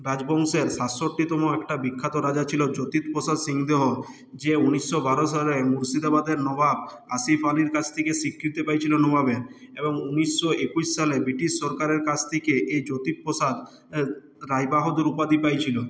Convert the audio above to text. রাজবংশের সাতষট্টিতম একটা বিখ্যাত রাজা ছিল জ্যোতি প্রসাদ সিং দেও যে ঊনিশশো বারো সালে মুর্শিদাবাদের নবাব আসিফ আলির কাছ থেকে স্বীকৃতি পেয়েছিল নবাবের এবং ঊনিশশো একুশ সালে ব্রিটিশ সরকারের কাছ থেকে এই জ্যোতি প্রসাদ রায় বাহাদুর উপাধি পেয়েছিল